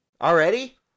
already